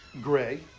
gray